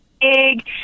big